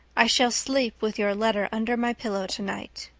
i shall sleep with your letter under my pillow tonight.